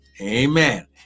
Amen